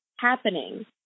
happening